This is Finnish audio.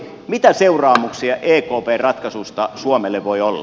mitä seuraamuksia ekpn ratkaisusta suomelle voi olla